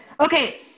okay